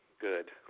good